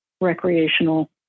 recreational